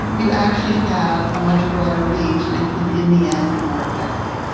you actually have a much broader reach and can in the end be more effective.